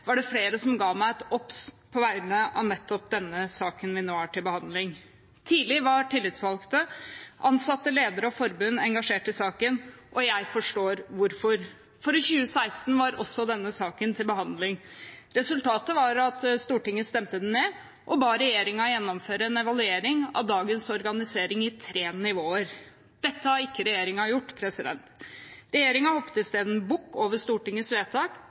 var det flere som ga meg et obs på vegne av nettopp den saken vi nå har til behandling. Tidlig var tillitsvalgte, ansatte, ledere og forbund engasjert i saken, og jeg forstår hvorfor. For i 2016 var også denne saken til behandling. Resultatet var at Stortinget stemte den ned og ba regjeringen gjennomføre en evaluering av dagens organisering i tre nivåer. Dette har ikke regjeringen gjort. Regjeringen hoppet i stedet bukk over Stortingets vedtak,